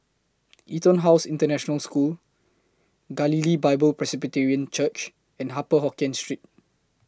Etonhouse International School Galilee Bible Presbyterian Church and Upper Hokkien Street